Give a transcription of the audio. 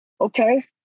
Okay